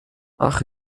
ach